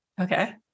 Okay